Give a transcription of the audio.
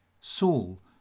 Saul